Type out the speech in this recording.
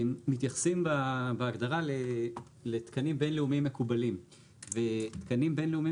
מתייחסים בהגדרה לתקנים בינלאומיים מקובלים ותקנים בינלאומיים